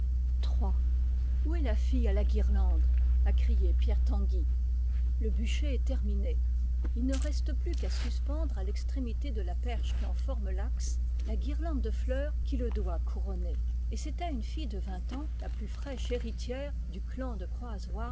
iii où est la fille à la guirlande a crié pierre tanguy le bûcher est terminé il ne reste plus qu'à suspendre à l'extrémité de la perche qui en forme l'axe la guirlande de fleurs qui le doit couronner et c'est à une fille de vingt ans la plus fraîche héritière du clan de